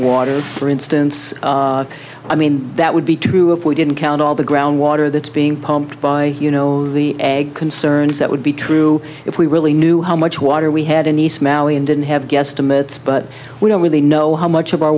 water for instance i mean that would be true if we didn't count all the groundwater that's being pumped by you know the egg concerns that would be true if we really knew how much water we had a nice mallee and didn't have guesstimates but we don't really know how much of our